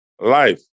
life